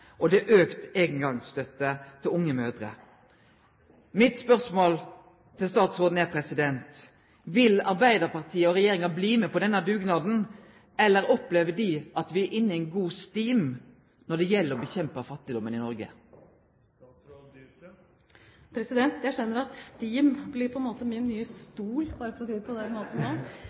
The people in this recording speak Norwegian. og eldre, og det er auka eingangsstønad til unge mødrer. Mitt spørsmål til statsråden er: Vil Arbeidarpartiet og regjeringa bli med på denne dugnaden, eller opplever dei at me er inne i ein god stim når det gjeld å kjempe mot fattigdomen i Noreg? Jeg skjønner at «stim» på en måte blir min nye stol nå, for å si det på den måten.